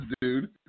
dude